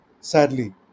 sadly